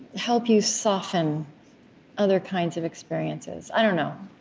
help you soften other kinds of experiences? i don't know,